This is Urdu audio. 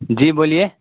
جی بولیے